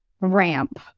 ramp